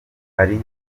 hari